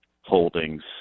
Holdings